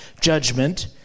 judgment